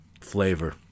flavor